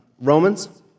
Romans